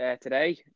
today